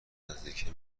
نزدیکه